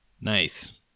Nice